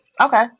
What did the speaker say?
Okay